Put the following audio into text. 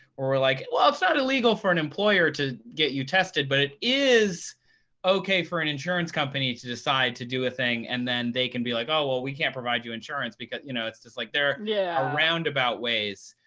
where we're like, well, it's not illegal for an employer to get you tested. but it is ok for an insurance company to decide to do a thing. and then they can be like, oh, well, we can't provide you insurance, because you know, it's just like there yeah are roundabout ways.